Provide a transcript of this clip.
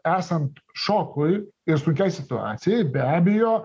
esant šokui ir sunkiai situacijai be abejo